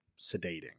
sedating